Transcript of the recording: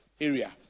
area